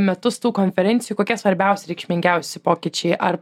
metus tų konferencijų kokie svarbiausi reikšmingiausi pokyčiai ar